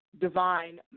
divine